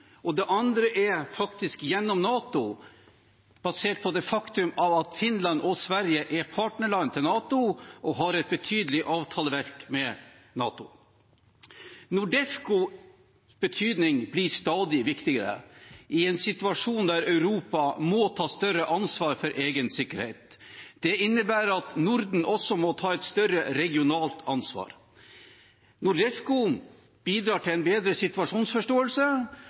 og det andre er gjennom NATO, basert på det faktum at Finland og Sverige er partnerland til NATO og har et betydelig avtaleverk med NATO. NORDEFCOs betydning blir stadig viktigere i en situasjon der Europa må ta større ansvar for egen sikkerhet. Det innebærer at Norden også må ta et større regionalt ansvar. NORDEFCO bidrar til en bedre situasjonsforståelse,